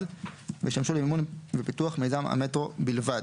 וישמשו למימון ופיתוח מיזם המטרו בלבד.